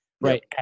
Right